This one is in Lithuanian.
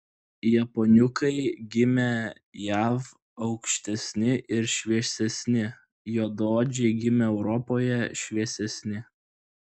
japoniukai gimę jav aukštesni ir šviesesni juodaodžiai gimę europoje šviesesni